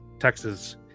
Texas